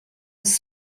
was